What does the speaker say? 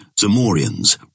Zamorians